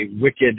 wicked